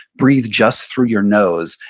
breathe just through your nose,